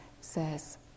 says